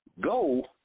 go